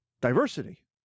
diversity